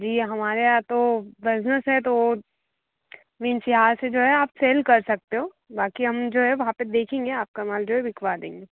जी हमारे यहाँ तो बज़नेस है तो मीन्स यहाँ से जो है आप सेल कर सकते हो बाक़ी हम जो है वहाँ पर देखेंगे आप का माल जो है बिकवा देंगे